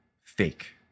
fake